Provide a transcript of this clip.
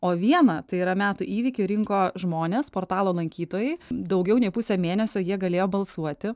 o vieną tai yra metų įvykį rinko žmonės portalo lankytojai daugiau nei pusę mėnesio jie galėjo balsuoti